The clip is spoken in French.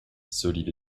solide